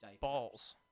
balls